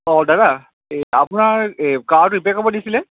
অ দাদা এই আপোনাৰ এই কাৰ ৰিপেয়াৰ কৰিব দিছিলে